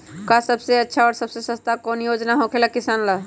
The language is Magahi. आ सबसे अच्छा और सबसे सस्ता कौन योजना होखेला किसान ला?